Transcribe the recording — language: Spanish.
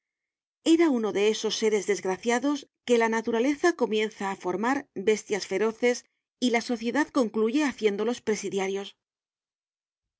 era uno de esos séres desgraciados que la naturaleza comienza á formar bestias feroces y la sociedad concluye haciéndolos presidiarios